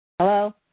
Hello